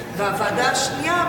והוועדה השנייה,